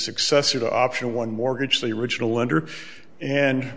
successor to option one mortgage the original lender and